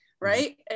right